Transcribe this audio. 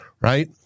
right